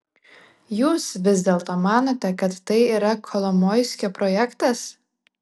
jūs vis dėlto manote kad tai yra kolomoiskio projektas